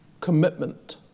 commitment